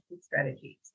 strategies